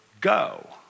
go